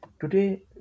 Today